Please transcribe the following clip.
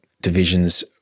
Division's